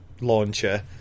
launcher